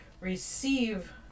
receive